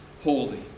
holy